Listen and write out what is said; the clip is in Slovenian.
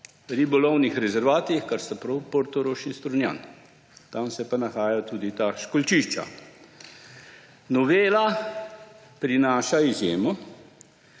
ribolovnih rezervatih, kar sta prav Portorož in Strunjan. Tam se pa nahajajo tudi ta školjčišča. Novela prinaša izjemo,